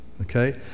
okay